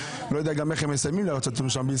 למרות שאני לא יודע איך הם מסיימים לרצות את עונשם.